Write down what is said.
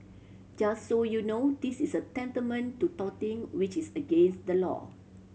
just so you know this is a tantamount to touting which is against the law